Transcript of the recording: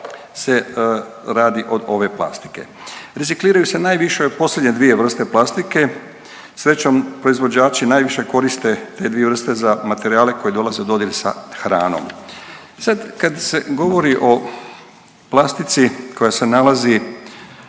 se radi od ove plastike. Recikliraju se najviše posljednje dvije vrste plastike. Srećom proizvođači najviše koriste te dvije vrste za materijale koji dolaze u dodir sa hranom. Sad kad se govori o plastici koja se nalazi